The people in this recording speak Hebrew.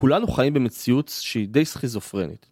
כולנו חיים במציאות שהיא די סכיזופרנית.